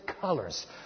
colors